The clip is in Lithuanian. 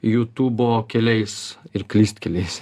jutūbo keliais ir klystkeliais